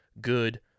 good